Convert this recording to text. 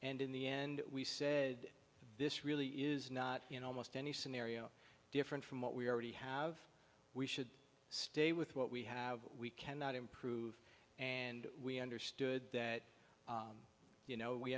and in the end we said this really is not in almost any scenario different from what we already have we should stay with what we have we cannot improve and we understood that you know we